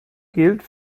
gilt